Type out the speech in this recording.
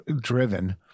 driven